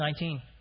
19